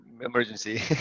emergency